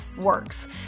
works